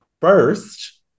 first